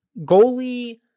goalie